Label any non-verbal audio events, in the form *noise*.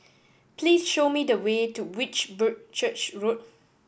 please show me the way to which *unintelligible* church Road